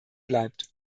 bleibt